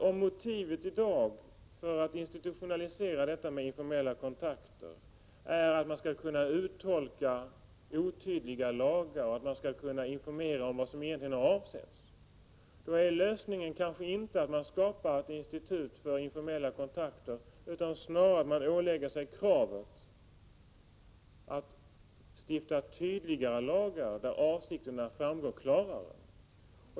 Om motivet i dag för att institutionalisera detta med informella kontakter är att man skall uttolka otydliga lagar och informera om vad som egentligen har avsetts, då är lösningen kanske inte att man skapar ett institut för informella kontakter utan snarare att man ålägger sig kravet att stifta tydligare lagar där avsikterna framgår klarare.